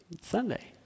Sunday